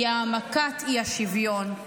היא העמקת האי-שוויון,